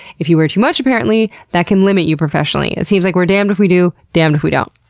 if you wear too much, apparently that can limit you professionally. it seems like we're damned if we do, damned if we don't.